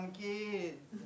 kids